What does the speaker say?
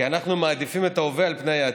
כי אנחנו מעדיפים את ההווה על פני העתיד.